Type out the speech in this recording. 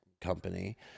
company